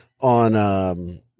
on –